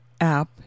app